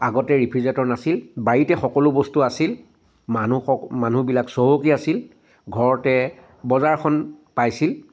আগতে ৰেফ্ৰিজৰেটৰ নাছিল বাৰীতে সকলো বস্তু আছিল মানুহ মানুহবিলাক চহকী আছিল ঘৰতে বজাৰখন পাইছিল